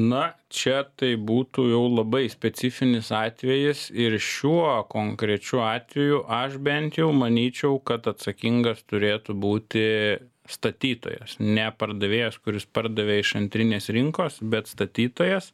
na čia tai būtų jau labai specifinis atvejis ir šiuo konkrečiu atveju aš bent jau manyčiau kad atsakingas turėtų būti statytojas ne pardavėjas kuris pardavė iš antrinės rinkos bet statytojas